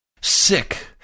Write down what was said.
sick